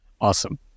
awesome